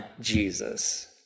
Jesus